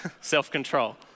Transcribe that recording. self-control